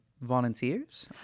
volunteers